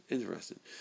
Interesting